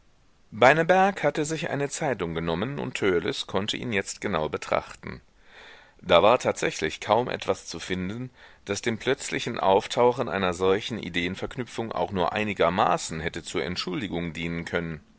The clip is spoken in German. beineberg hatte sich eine zeitung genommen und törleß konnte ihn jetzt genau betrachten da war tatsächlich kaum etwas zu finden das dem plötzlichen auftauchen einer solchen